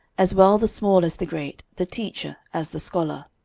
as well the small as the great, the teacher as the scholar.